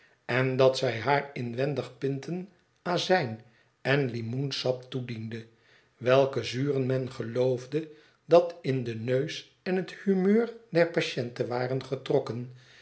en dat zij haar inwendig pinten azijn en limoensap toediende welke zuren men geloofde dat in den neus en het humeur der patiënte waren getrokken